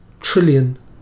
trillion